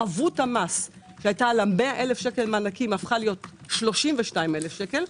חבות המס שהייתה על ה-100,000 שקל מענקים הפכה להיות 32,000 שקל.